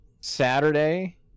saturday